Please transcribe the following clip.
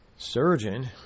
Surgeon